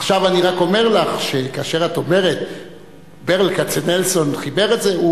עכשיו אני רק אומר לך שכאשר את אומרת שברל כצנלסון חיבר את זה,